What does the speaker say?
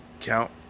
count